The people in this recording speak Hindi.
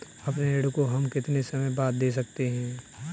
अपने ऋण को हम कितने समय बाद दे सकते हैं?